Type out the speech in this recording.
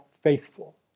faithful